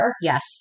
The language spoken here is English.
Yes